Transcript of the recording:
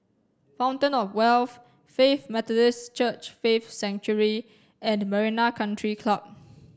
Fountain of Wealth Faith Methodist Church Faith Sanctuary and Marina Country Club